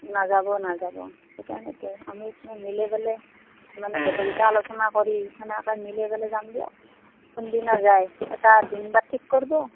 নাযাব নাযাব সেইকাৰণেতো আমি গ'লে মানে গোটেইকেইটা আলোচনা কৰি সেনেকৈ মিলি পেলাই যাম দিয়ক কোনদিনা যায় এটা দিন বাৰ ঠিক কৰিব